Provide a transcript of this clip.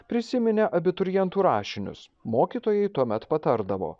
prisiminė abiturientų rašinius mokytojai tuomet patardavo